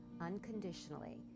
unconditionally